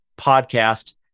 podcast